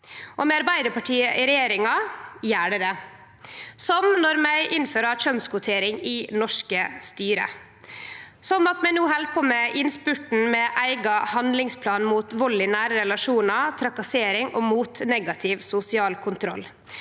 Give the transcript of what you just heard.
Med Arbeidarpartiet i regjering gjer ho det: Vi innfører kjønnskvotering i norske styrer, vi held no på med innspurten med eigen handlingsplan mot vald i nære relasjonar, trakassering og negativ sosial kontroll,